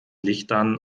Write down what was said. lichtern